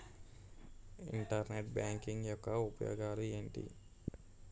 Internet banking యెక్క ఉపయోగాలు ఎంటి?